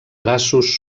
braços